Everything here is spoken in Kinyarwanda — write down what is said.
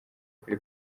kuri